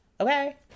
Okay